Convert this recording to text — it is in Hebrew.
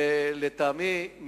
לטעמי,